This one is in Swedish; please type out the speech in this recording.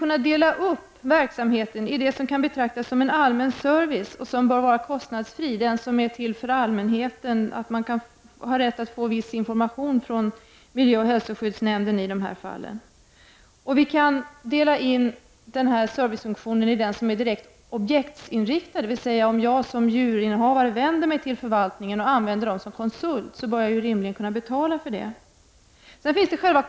En del av verksamheten borde kunna betraktas som en allmän service som bör vara kostnadsfri. Allmänheten skall ha rätt att få viss information från miljöoch hälsoskyddsnämnden i sådana här frågor. Servicefunktionen kan indelas i rent objektsinriktad verksamhet och kontrollfunktion. Den objektsinriktade verksamheten är sådan service som förvaltningen kan ge mig om jag vill använda den som konsult. Då bör jag rimligen betala för denna service.